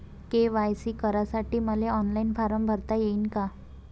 KYC करासाठी मले online form भरता येईन का?